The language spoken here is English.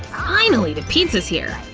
finally, the pizza's here!